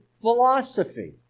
philosophy